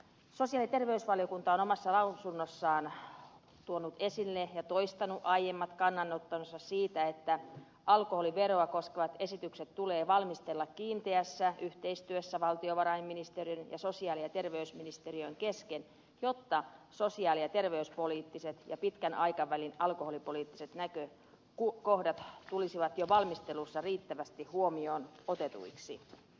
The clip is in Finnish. sosiaali ja terveysvaliokunta on omassa lausunnossaan tuonut esille ja toistanut aiemmat kannanottonsa siitä että alkoholiveroa koskevat esitykset tulee valmistella kiinteässä yhteistyössä valtiovarainministerin ja sosiaali ja terveysministeriön kesken jotta sosiaali ja terveyspoliittiset ja pitkän aikavälin alkoholipoliittiset näkökohdat tulisivat jo valmistelussa riittävästi huomioon otetuiksi